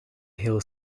hill